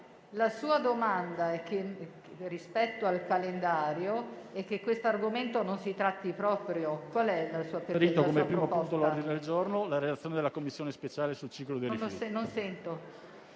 la sua richiesta rispetto al calendario è che questo argomento non si tratti affatto? Qual è la sua proposta?